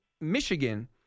Michigan